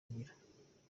agira